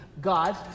God